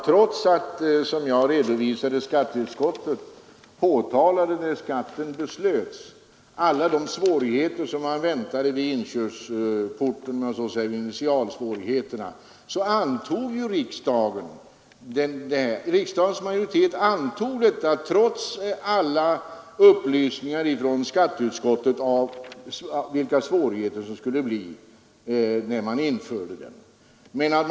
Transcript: Trots att jag, som jag har redovisat i skatteutskottet, påtalade alla de initialsvårigheter som man hade att vänta i början och trots alla de upplysningar som skatteutskottet lämnade om svårigheterna antog riksdagen utskottets förslag om denna reklamskatt.